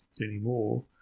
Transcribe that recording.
anymore